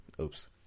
oops